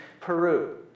Peru